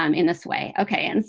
um in this way. ok, and